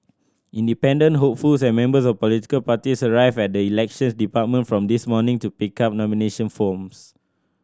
independent hopefuls and members of political parties arrived at the Elections Department from this morning to pick up nomination forms